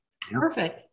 Perfect